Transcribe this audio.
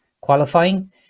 qualifying